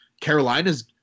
Carolina's